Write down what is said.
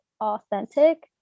authentic